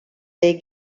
they